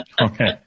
Okay